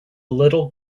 little